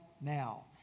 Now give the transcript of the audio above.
now